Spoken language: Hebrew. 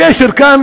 הקשר כאן,